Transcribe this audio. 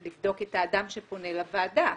לבדוק את האדם שפונה לוועדה.